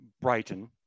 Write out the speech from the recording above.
Brighton